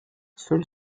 seul